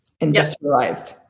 industrialized